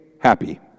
happy